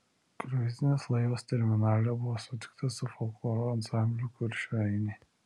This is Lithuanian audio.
kruizinis laivas terminale buvo sutiktas su folkloro ansambliu kuršių ainiai